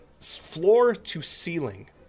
floor-to-ceiling